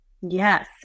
Yes